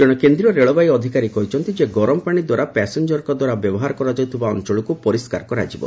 ଜଣେ କେନ୍ଦ୍ର ରେଳବାଇ ଅଧିକାରୀ କହିଛନ୍ତି ଯେ ଗରମ ପାଣି ଦ୍ୱାରା ପାସେଞ୍ଜରଙ୍କ ଦ୍ୱାରା ବ୍ୟବହାର କରାଯାଉଥିବା ଅଞ୍ଚଳକୁ ପରିଷ୍କାର କରାଯିବ